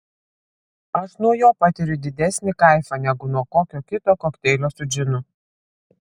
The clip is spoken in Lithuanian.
aš nuo jo patiriu didesnį kaifą negu nuo kokio kito kokteilio su džinu